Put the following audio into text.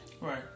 right